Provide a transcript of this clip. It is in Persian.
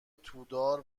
تودار